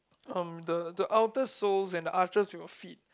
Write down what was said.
um the the outer soles and the arches of your feet